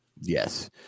yes